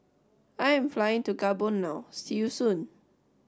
I am flying to Gabon now see you soon